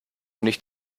nicht